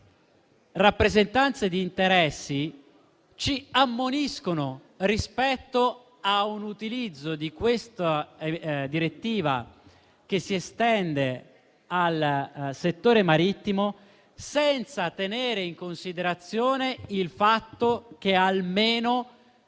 rappresentanze di interessi, ci ammoniscono rispetto a un utilizzo di questa direttiva che si estende al settore marittimo senza tenere in considerazione il fatto che almeno